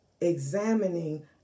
examining